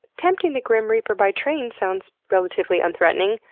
tempting the grim reaper by train sounds relatively unthreatening,